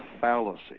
fallacy